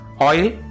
oil